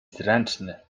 zręczny